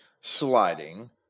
sliding